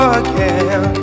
again